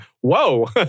whoa